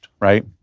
right